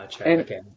Okay